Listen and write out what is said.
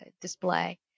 display